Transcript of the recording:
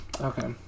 okay